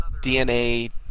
DNA